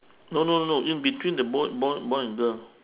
no no no no in between the boy boy boy and girl